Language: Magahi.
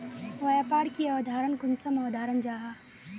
व्यापार की अवधारण कुंसम अवधारण जाहा?